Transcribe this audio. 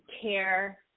care